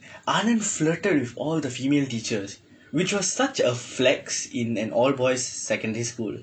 anand flirted with all the female teachers which was such a flex in an all boys secondary school